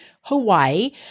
Hawaii